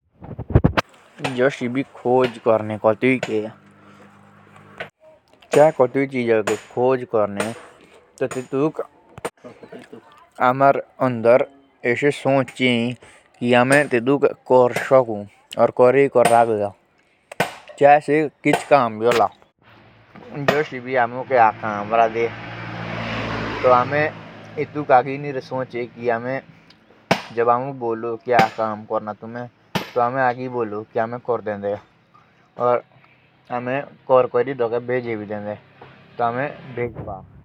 जोष आमे कोटुई क भी खोज करने तो ते तुके बारे मुझ आमुक आगे सकारात्मक पोधो सोचनो। जस की हम कर सको और ते तुके बारे मुझ अच्छे से सोचनो परादो।